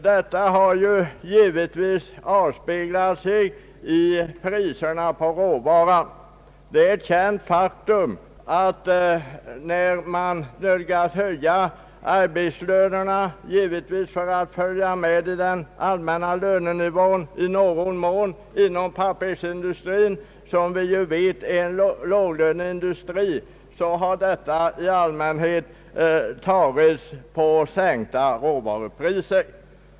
Detta har givetvis avspeglats i priserna på råvaran. Det är ett känt faktum att när man nödgats höja arbetslönerna för att i någon mån följa med den allmänna lönenivån — pappersindustrin är som vi vet en låglöneindustri — har detta i allmänhet måst tas ut via sänkta råvarupriser.